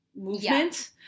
movement